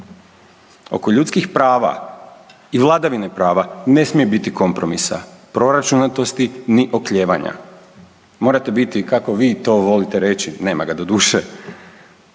Oko ljudskih prava i vladavine prava ne smije biti kompromisa, proračunatosti ni oklijevanja. Morate biti kako vi to volite reći, nema ga doduše,